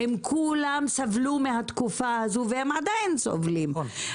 הם כולם סבלו מהתקופה הזו והם עדין סובלים.